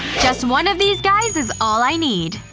just one of these guys is all i need.